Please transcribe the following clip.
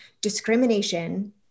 discrimination